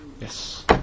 Yes